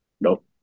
Nope